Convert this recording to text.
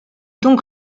donc